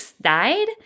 died